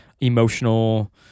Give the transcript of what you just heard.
emotional